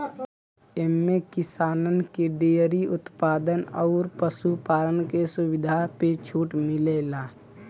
एम्मे किसानन के डेअरी उत्पाद अउर पशु पालन के सुविधा पे छूट मिलेला